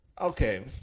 Okay